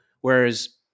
Whereas